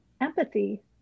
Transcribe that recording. empathy